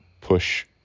push